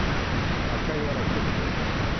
and i'll tell you what i said to both of them.